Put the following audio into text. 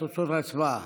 ההצבעה: